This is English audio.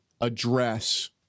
address